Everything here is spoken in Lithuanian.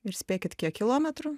ir spėkit kiek kilometrų